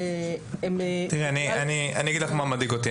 אני אגיד לך מה מדאיג אותי.